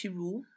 rule